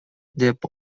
деп